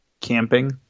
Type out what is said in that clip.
camping